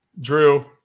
Drew